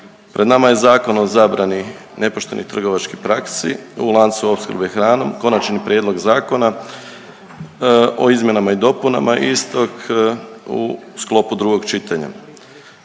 pred nama je Zakon o zabrani nepoštenih trgovačkih praksi u lancu opskrbe hranom, Konačni prijedlog zakona o izmjenama i dopunama istog u sklopu drugog čitanja.